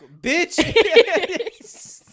bitch